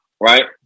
Right